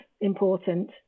important